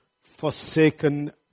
forsaken